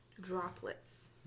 droplets